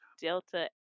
Delta